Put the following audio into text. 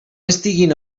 estiguin